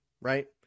right